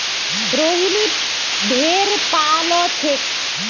रोहिनी भेड़ पा ल छेक